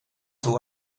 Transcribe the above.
toe